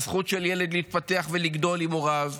הזכות של ילד להתפתח ולגדול עם הוריו,